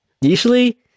Usually